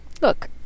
Look